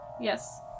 yes